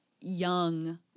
young